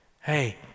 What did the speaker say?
Hey